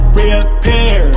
reappear